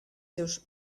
seus